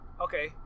okay